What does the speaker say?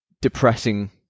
depressing